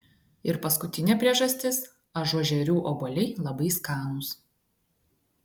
ir paskutinė priežastis ažuožerių obuoliai labai skanūs